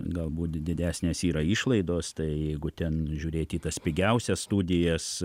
galbūt didesnės yra išlaidos tai jeigu ten žiūrėti į tas pigiausias studijas